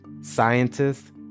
scientists